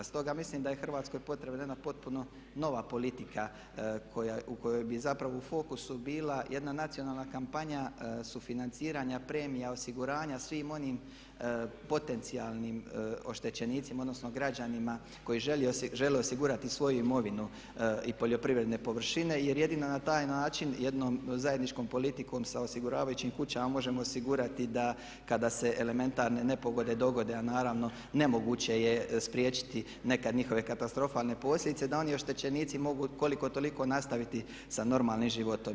Stoga mislim da je Hrvatskoj potrebna jedna potpuno nova politika u kojoj bi zapravo u fokusu bila jedna nacionalna kampanja sufinanciranja premija osiguranja svim onim potencijalnim oštećenicima odnosno građanima koji žele osigurati svoju imovinu i poljoprivredne površine jer jedino na taj način jednom zajedničkom politikom sa osiguravajućim kućama možemo osigurati da kada se elementarne nepogode dogode, a naravno nemoguće je spriječiti nekad njihove katastrofalne posljedice da oni oštećenici mogu koliko toliko nastaviti sa normalnim životom.